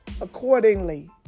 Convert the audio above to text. accordingly